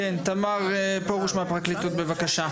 תמר פרוש מהפרקליטות, בבקשה.